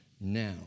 now